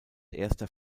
erster